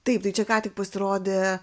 taip tai čia ką tik pasirodė